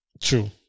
True